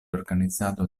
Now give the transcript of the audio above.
organizado